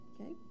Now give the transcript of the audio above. Okay